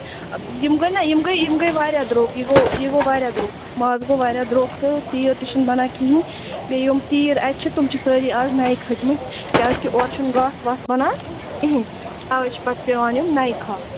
یِم گٔے نا یِم گٔے یِم گٔے واریاہ درٛوٚگ یہِ گوٚو یہِ گوٚو واریاہ درٛوٚگ ماز گوٚو واریاہ درٛوٚگ تہٕ تیٖر تہِ چھِنہٕ بَنان کِہیٖنۍ بیٚیہِ یِم تیٖر اَتہِ چھِ تِم چھِ سٲرِی آز نَیہِ کھٔتۍمٕتۍ کیٛازِکہِ اورٕ چھُنہٕ گاس واس بَنان کِہیٖنۍ تَوَے چھِ پتہٕ پٮ۪وان یِم نَیہِ کھالٕنٛۍ